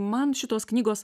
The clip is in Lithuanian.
man šitos knygos